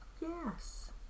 Yes